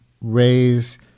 raise